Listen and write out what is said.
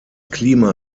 klima